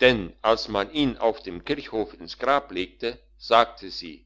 denn als man ihn auf dem kirchhof ins grab legte sagte sie